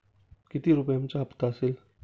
किती रुपयांचा हप्ता असेल?